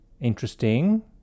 Interesting